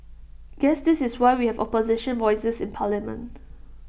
guess this is why we have opposition voices in parliament